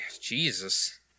Jesus